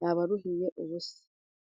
yaba aruhiye ubusa.